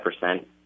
percent